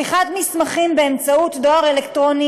שליחת מסמכים באמצעות דואר אלקטרוני